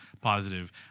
positive